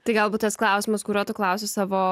tai galbūt tas klausimas kurio tu klausi savo